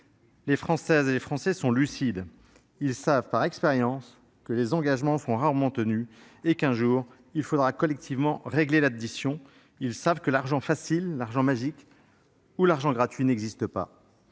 Les Françaises et les Français sont lucides. Ils savent par expérience que les engagements sont rarement tenus et qu'un jour il faudra collectivement régler l'addition. Ils savent que l'argent facile, l'argent magique, l'argent gratuit n'existent pas.